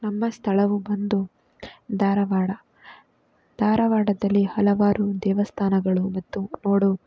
ನಮ್ಮ ಸ್ಥಳವು ಬಂದು ಧಾರವಾಡ ಧಾರವಾಡದಲ್ಲಿ ಹಲವಾರು ದೇವಸ್ಥಾನಗಳು ಮತ್ತು ನೋಡು